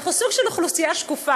אנחנו סוג של אוכלוסייה שקופה.